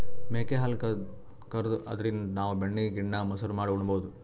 ಮೇಕೆ ಹಾಲ್ ಕರ್ದು ಅದ್ರಿನ್ದ್ ನಾವ್ ಬೆಣ್ಣಿ ಗಿಣ್ಣಾ, ಮಸರು ಮಾಡಿ ಉಣಬಹುದ್